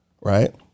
right